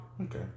Okay